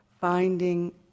finding